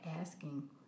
asking